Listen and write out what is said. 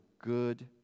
good